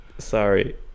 sorry